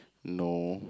no